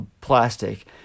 plastic